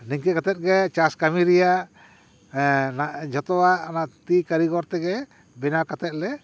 ᱱᱤᱝᱠᱟᱹ ᱠᱟᱛᱮ ᱜᱮ ᱪᱟᱥ ᱠᱟᱹᱢᱤ ᱨᱮᱭᱟᱜ ᱡᱚᱛᱚᱣᱟᱜ ᱚᱱᱟ ᱛᱤ ᱠᱟᱹᱨᱤᱜᱚᱨ ᱛᱮᱜᱮ ᱵᱮᱱᱟᱣ ᱠᱟᱛᱮ ᱞᱮ